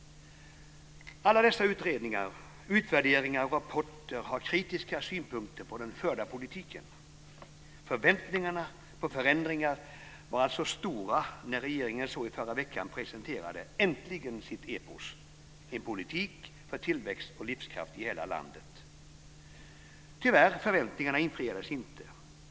Alla dessa utredningar, utvärderingar och rapporter har kritiska synpunkter på den förda politiken. Förväntningarna på förändringar var alltså stora när regeringen så i förra veckan äntligen presenterade sitt epos, En politik för tillväxt och livskraft i hela landet. Tyvärr infriades inte förväntningarna.